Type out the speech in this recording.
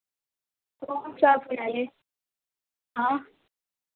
तो आप शॉप पर आइए हाँ